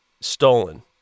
stolen